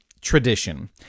tradition